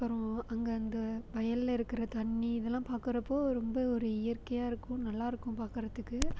அப்பறம் அங்கே அந்த வயல்ல இருக்கிற தண்ணி இதுலாம் பார்க்கறப்போ ரொம்ப ஒரு இயற்கையாக இருக்கும் நல்லாருக்கும் பார்க்கறதுக்கு